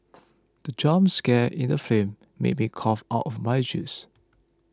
the jump scare in the film made me cough out my juice